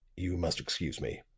you must excuse me.